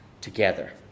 together